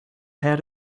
had